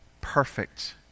perfect